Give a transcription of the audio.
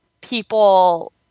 people